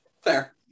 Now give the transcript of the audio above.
fair